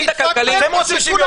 אתם עושים, חברי הקואליציה?